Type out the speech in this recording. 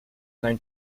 known